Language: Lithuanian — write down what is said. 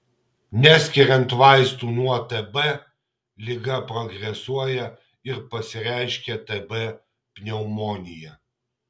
neskiriant vaistų nuo tb liga progresuoja ir pasireiškia tb pneumonija